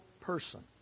person